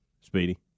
Speedy